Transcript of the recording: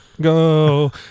go